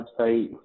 website